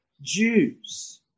Jews